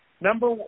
Number